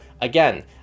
again